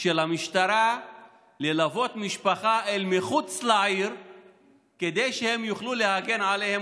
של המשטרה ללוות משפחה אל מחוץ לעיר כדי שהם יוכלו להגן עליה,